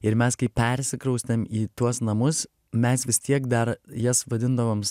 ir mes kai persikraustėm į tuos namus mes vis tiek dar jas vadindavom